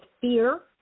fear